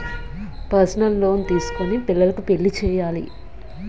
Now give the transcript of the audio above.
personal loan తీసుకొని పిల్లకు పెళ్లి చేయాలి